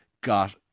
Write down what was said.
got